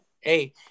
Hey